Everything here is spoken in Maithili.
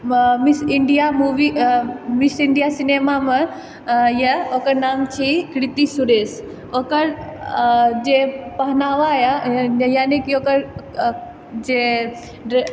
miss India movie Miss India सिनेमामे यऽ ओकर नाम छी कृति सुरेश ओकर जे पहनावा यऽ यानिकि ओकर जे ड्रे